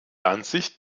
ansicht